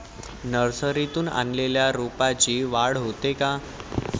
नर्सरीतून आणलेल्या रोपाची वाढ होते का?